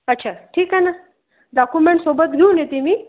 अच्छा ठीक आहे ना डॉक्युमेंट सोबत घेऊन येते मी